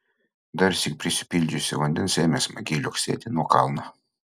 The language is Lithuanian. darsyk prisipildžiusi vandens ėmė smagiai liuoksėti nuo kalno